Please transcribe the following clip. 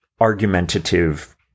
argumentative